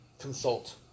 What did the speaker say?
consult